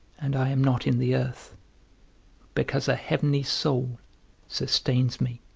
and i am not in the earth because a heavenly soul sustains me.